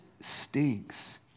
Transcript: stinks